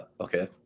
Okay